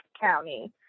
County